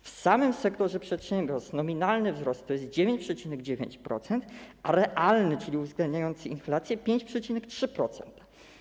W samym sektorze przedsiębiorstw nominalny wzrost wynosi 9,9%, a realny, czyli uwzględniający inflację - 5,3%.